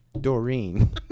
Doreen